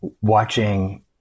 watching